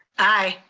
aye.